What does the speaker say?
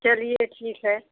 चलिए ठीक है